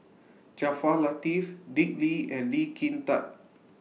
Jaafar Latiff Dick Lee and Lee Kin Tat